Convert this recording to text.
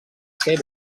ser